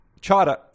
Chada